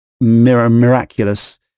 miraculous